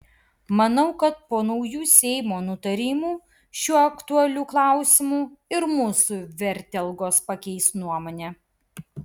manau kad po naujų seimo nutarimų šiuo aktualiu klausimu ir mūsų vertelgos pakeis nuomonę